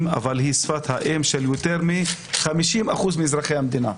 אבל היא שפת האם של יותר מ-50% מאזרחי המדינה.